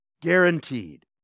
Guaranteed